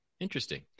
Interesting